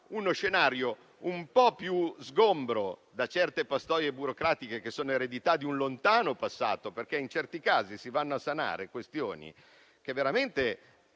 uno scenario un po' più sgombro da certe pastoie burocratiche eredità di un lontano passato. In certi casi si vanno a sanare questioni che veramente